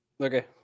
Okay